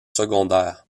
secondaires